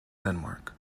denmark